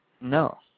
No